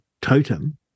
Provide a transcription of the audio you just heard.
totem